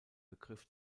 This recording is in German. begriff